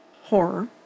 horror